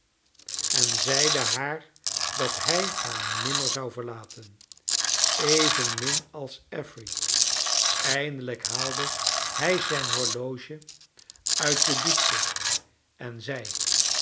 en zeide haar dat hij haar nimrner zou verlaten evenmin als affery eindelijk haalde hij zijn horloge uit de diepte en zei